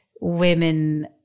women